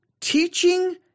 teaching